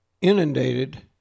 inundated